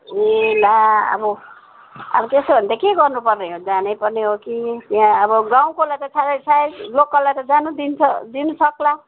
ए ला अब अब त्यसो भनेदेखि त के गर्नु पर्ने हो जानै पर्ने हो कि त्यहाँ अब गाउँको लागि त सायद सायद लोकललाई त जानु दिन्छ दिनु सक्ला